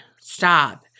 stop